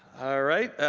alright.